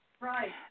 Right